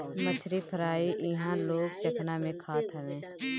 मछरी फ्राई इहां लोग चखना में खात हवे